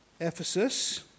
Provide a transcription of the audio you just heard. Ephesus